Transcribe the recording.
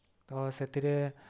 ତ ସେଥିରେ